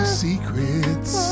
secrets